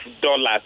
dollars